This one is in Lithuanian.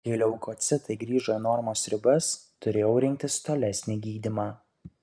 kai leukocitai grįžo į normos ribas turėjau rinktis tolesnį gydymą